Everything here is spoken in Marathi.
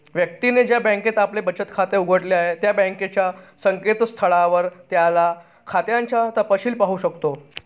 व्यक्तीने ज्या बँकेत आपले बचत खाते उघडले आहे त्या बँकेच्या संकेतस्थळावर त्याच्या खात्याचा तपशिल पाहू शकतो